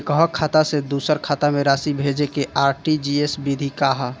एकह खाता से दूसर खाता में राशि भेजेके आर.टी.जी.एस विधि का ह?